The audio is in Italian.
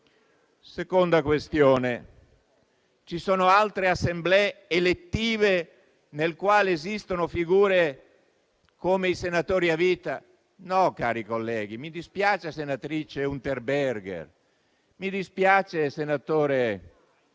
Seconda questione: ci sono altre assemblee elettive nelle quali esistono figure come i senatori a vita? No, cari colleghi. Mi dispiace, senatrice Unterberger. Mi dispiace, senatore